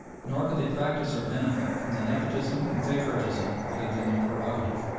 nor could they practise or benefit from the nepotism and favouritism that had been their prerogative.